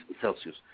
Celsius